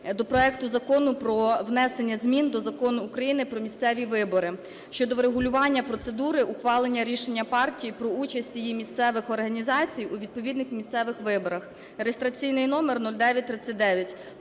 до проекту Закону про внесення змін до Закону України "Про місцеві вибори" щодо врегулювання процедури ухвалення рішення партії про участь її місцевих організацій у відповідних місцевих виборах (реєстраційний номер 0939),